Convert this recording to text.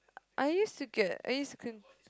I used to get I used to clean